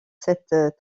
cette